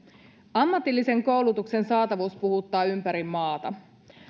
ammatillisen koulutuksen saatavuus puhuttaa ympäri maata